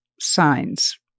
signs